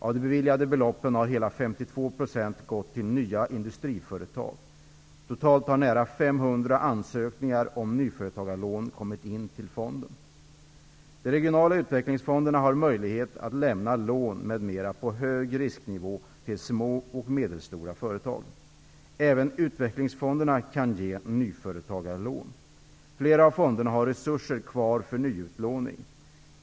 Av det beviljade beloppet har hela 52 % gått till nya industriföretag. Totalt har nära 500 ansökningar om nyföretagarlån kommit in till fonden. De regionala utvecklingsfonderna har möjlighet att lämna lån m.m. på hög risknivå till små och medelstora företag. Även utvecklingsfonderna kan ge nyföretagarlån. Flera av fonderna har resurser kvar för ny utlåning.